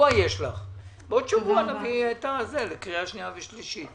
יש לך שבוע ובעוד שבוע נביא את זה לקריאה שנייה ושלישית.